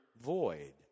void